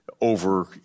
over